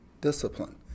discipline